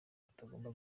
atagomba